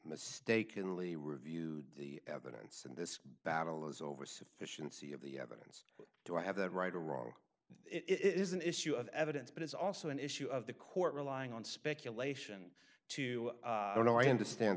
mistakenly reviewed the evidence and this battle is over sufficiency of the evidence do i have that right or wrong it is an issue of evidence but it's also an issue of the court relying on speculation to you know i understand